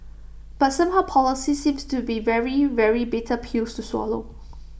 but somehow policies seems to be very very bitter pills to swallow